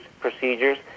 procedures